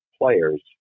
players